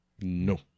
No